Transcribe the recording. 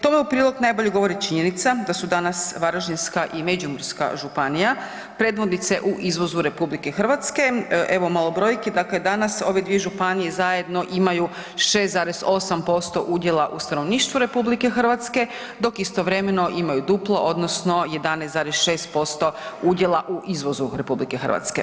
Tome u prilog najbolje govori činjenica da su danas Varaždinska i Međimurska županija predvodnice u izvozu RH, evo malo brojki, dakle danas ove dvije županije zajedno imaju 6,8% udjela u stanovništvu RH, dok istovremeno imaju duplo odnosno 11,6% udjela u izvozu RH.